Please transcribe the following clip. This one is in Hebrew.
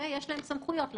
יש להם סמכויות לחקור.